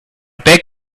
beg